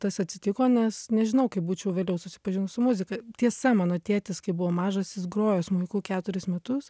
tas atsitiko nes nežinau kaip būčiau vėliau susipažinus su muzika tiesa mano tėtis kai buvo mažas jis grojo smuiku keturis metus